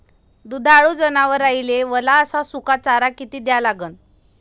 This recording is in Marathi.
दुधाळू जनावराइले वला अस सुका चारा किती द्या लागन?